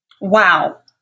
Wow